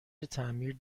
تعمیر